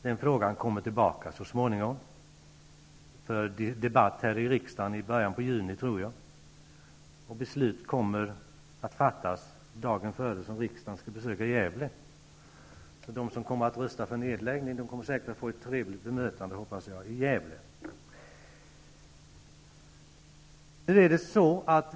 Den frågan kommer så småningom tillbaka för debatt här i riksdagen -- jag tror att det är i början av juni -- och beslut kommer att fattas dagen innan riksdagen skall besöka Gävle. De som kommer att rösta för en nedläggning kommer säkert att få ett trevligt bemötande, hoppas jag, i Gävle.